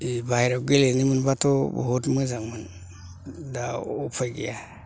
बे बाइहेरायाव गेलेनो मोनबाथ' बुहुत मोजांमोन दा उफाय गैया